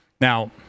Now